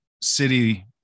city